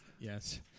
Yes